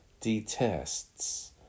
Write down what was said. detests